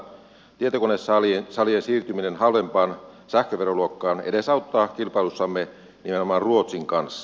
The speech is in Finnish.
tietokonesalien siirtyminen halvempaan sähköveroluokkaan edesauttaa kilpailussamme nimenomaan ruotsin kanssa